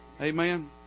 Amen